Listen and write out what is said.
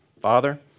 Father